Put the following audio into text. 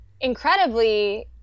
incredibly